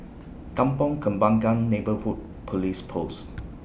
Kampong Kembangan Neighbourhood Police Post